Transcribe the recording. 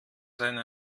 seine